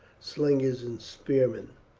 slingers, and spearmen.